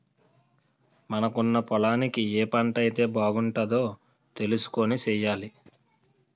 మనకున్న పొలానికి ఏ పంటైతే బాగుంటదో తెలుసుకొని సెయ్యాలి